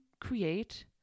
create